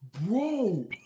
Bro